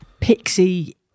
pixie